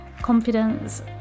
confidence